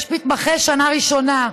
יש מתמחה שנה ראשונה.